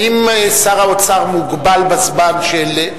האם שר האוצר מוגבל בזמן של,